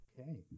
Okay